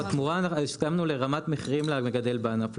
הסכמנו לרמת המחירים של המגדל בענף.